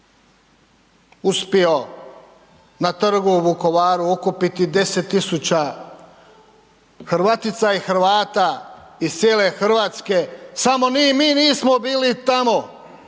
uspio na trgu u Vukovaru okupiti 10.000 Hrvatica i Hrvata iz cijele Hrvatske. Samo mi nismo bili tamo.